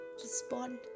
Respond